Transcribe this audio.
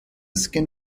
skin